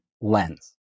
lens